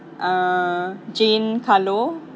uh jane carlo